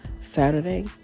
Saturday